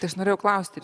tai aš norėjau klausti